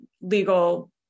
legal